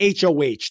HOH